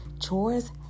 Chores